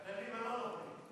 הכללים הלא-נכונים.